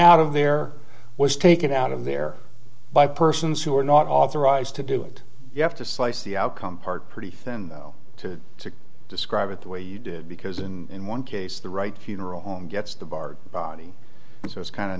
out of there was taken out of there by persons who are not authorized to do it you have to slice the outcome part pretty thin to to describe it the way you did because in one case the right funeral home gets the barred body so it's kind of